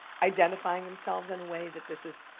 identifying themselves in a way that this is